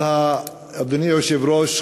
אדוני היושב-ראש,